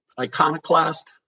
Iconoclast